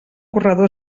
corredor